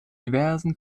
diversen